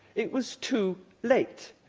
it was too late.